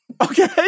okay